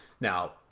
Now